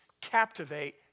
captivate